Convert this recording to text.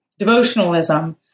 devotionalism